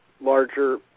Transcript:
larger